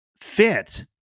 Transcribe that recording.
fit